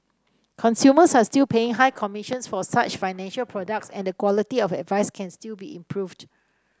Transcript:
consumers are still paying high commissions for such financial products and the quality of advice can still be improved